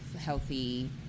healthy